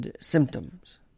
symptoms